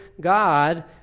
God